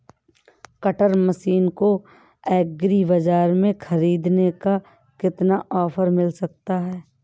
Cutter machine को agri Bazaar से ख़रीदने पर कितना ऑफर मिल सकता है?